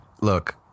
Look